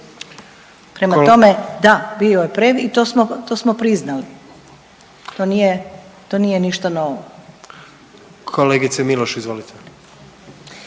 Prema tome, da bio je previd i to smo priznali, to nije ništa novo. **Jandroković,